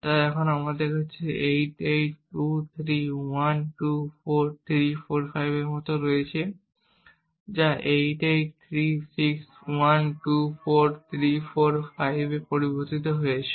তাই আমাদের কাছে 8823124345 এর মত রয়েছে যা 8836124345 এ পরিবর্তিত হয়েছে